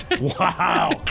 Wow